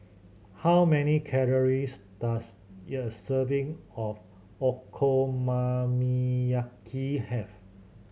how many calories does a serving of Okonomiyaki have